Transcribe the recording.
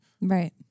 Right